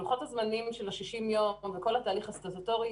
לוחות הזמנים של ה-60 ימים וכל התהליך הסטטוטורי,